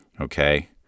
Okay